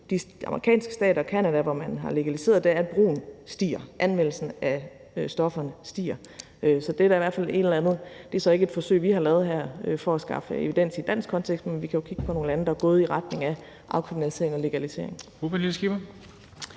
de amerikanske stater og Canada, hvor man har legaliseret det, er, at brugen stiger – anvendelsen af stofferne stiger. Så det er da i hvert fald et eller andet, men det er jo så ikke et forsøg, vi har lavet her for at skaffe evidens i dansk kontekst. Men vi kan jo kigge på nogle lande, der er gået i retning af afkriminalisering og legalisering.